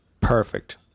Perfect